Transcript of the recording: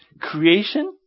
Creation